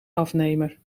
afnemer